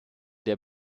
der